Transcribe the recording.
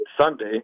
Sunday